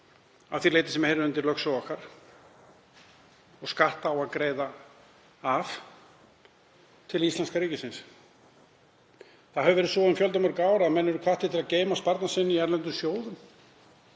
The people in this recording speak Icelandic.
að því leyti sem heyrir undir lögsögu okkar og skatt á að greiða af til íslenska ríkisins. Það hefur verið svo um fjöldamörg ár að menn hafa verið hvattir til að geyma sparnað sinn í erlendum sjóðum.